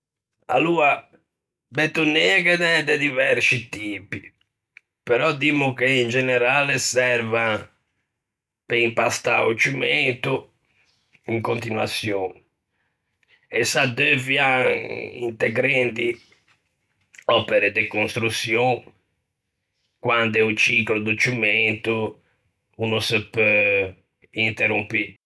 Aloa betonee ghe n'é de diversci tipi, però dimmo che in generale servan pe impstâ o ciumento in continuaçion e s'addeuvian inte grendi òpere de construçion, quande o ciclo di ciumento o no se peu interrompî.